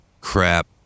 crap